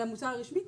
על המוצר הרשמי,